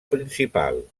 principal